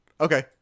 Okay